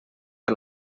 que